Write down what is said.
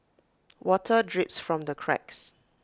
water drips from the cracks